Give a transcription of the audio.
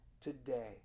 today